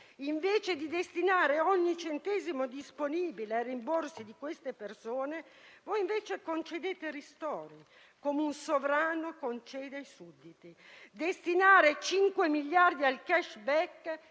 invece di destinare ogni centesimo disponibile ai rimborsi per queste persone, concedete ristori, come un sovrano concede ai sudditi. Destinare 5 miliardi al *cashback*: